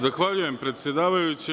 Zahvaljujem predsedavajuća.